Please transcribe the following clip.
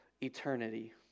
eternity